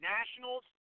Nationals